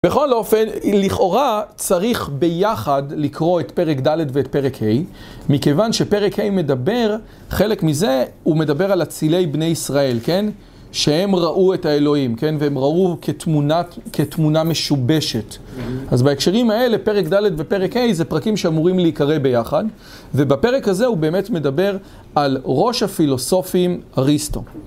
בכל אופן, לכאורה צריך ביחד לקרוא את פרק ד' ואת פרק ה', מכיוון שפרק אי מדבר, חלק מזה הוא מדבר על הצילי בני ישראל, כן? שהם ראו את האלוהים, כן? והם ראו כתמונה משובשת. אז בהקשרים האלה, פרק ד' ופרק ה' זה פרקים שאמורים להיקרא ביחד, ובפרק הזה הוא באמת מדבר על ראש הפילוסופים, אריסטו.